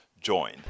join